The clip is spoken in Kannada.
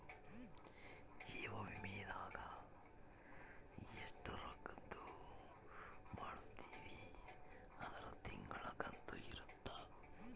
ಜೀವ ವಿಮೆದಾಗ ಎಸ್ಟ ರೊಕ್ಕಧ್ ಮಾಡ್ಸಿರ್ತಿವಿ ಅದುರ್ ತಿಂಗಳ ಕಂತು ಇರುತ್ತ